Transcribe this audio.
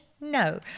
No